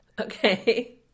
Okay